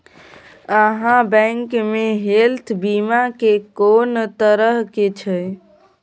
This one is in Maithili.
आहाँ बैंक मे हेल्थ बीमा के कोन तरह के छै?